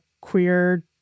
queer